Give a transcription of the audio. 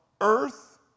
Earth